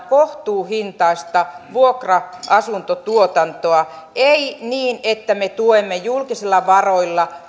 kohtuuhintaista vuokra asuntotuotantoa ei niin että me tuemme julkisilla varoilla